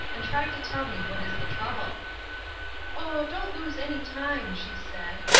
and try to tell me what is the trouble oh, don't lose any time she said,